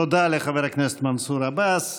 תודה לחבר הכנסת מנסור עבאס.